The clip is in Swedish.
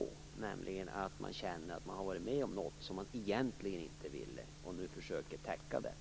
Det kan nämligen vara så att han känner att han har varit med om något som han egentligen inte ville och nu försöker täcka detta.